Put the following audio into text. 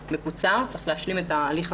לשמחתי הרבה זה